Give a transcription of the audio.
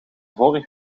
vorig